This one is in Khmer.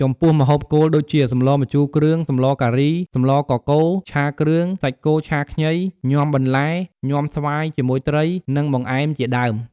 ចំពោះម្ហូបគោល ដូចជា សម្លម្ជូរគ្រឿង សម្លការី សម្លកកូរ ឆាគ្រឿង សាច់គោឆាខ្ញី ញាំបន្លែ ញាំស្វាយជាមួយត្រី និងបង្អែមជាដើម។